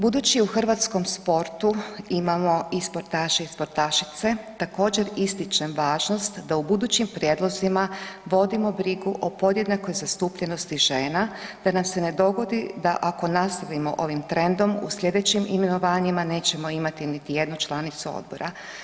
Budući u hrvatskom sportu imamo i sportaše i sportašice, također, ističem važnog da u budućim prijedlozima vodimo brigu o podjednakoj zastupljenosti žena, da nam se ne dogodi da ako nastavimo ovim trendom u sljedećim imenovanjima nećemo imati niti jednu članicu odbora.